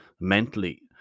Mentally